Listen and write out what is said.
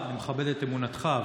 אני מכבד את אמונתך,